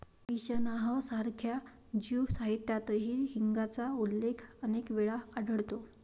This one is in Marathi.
मिशनाह सारख्या ज्यू साहित्यातही हिंगाचा उल्लेख अनेक वेळा आढळतो